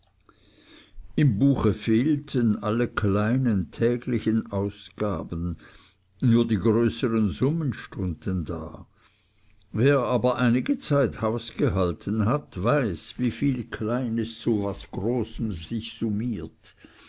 im buche fehlten alle kleinen täglichen ausgaben nur die größern summen stunden da wer aber einige zeit hausgehalten hat weiß wie viel kleines zu was großem sich summiert